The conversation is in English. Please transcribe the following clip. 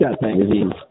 magazines